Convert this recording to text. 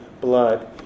blood